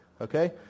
okay